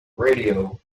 radio